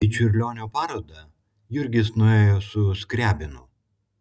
į čiurlionio parodą jurgis nuėjo su skriabinu